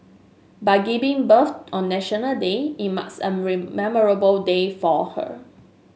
by giving birth on National Day it marks a memorable day for her